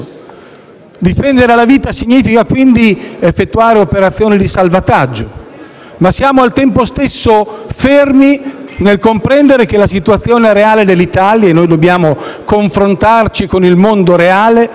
Difendere la vita significa effettuare operazioni di salvataggio. Tuttavia, siamo al tempo stesso fermi nel comprendere che la situazione reale dell'Italia - e noi dobbiamo confrontarci con il mondo reale